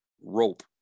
rope